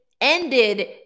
ended